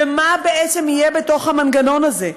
ומה בעצם יהיה בתוך המנגנון הזה.